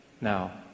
Now